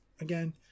again